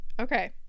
Okay